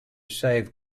save